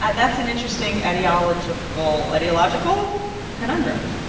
and that's an interesting ideological ideological conundrum.